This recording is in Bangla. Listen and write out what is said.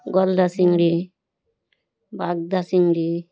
গলদা চিংড়ি বাগদা চিংড়ি